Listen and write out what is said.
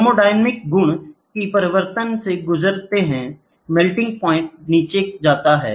thermodynamic गुण भी परिवर्तन से गुजरते हैं मेल्टिंग प्वाइंट नीचे जाते हैं